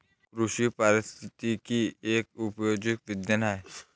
कृषी पारिस्थितिकी एक उपयोजित विज्ञान आहे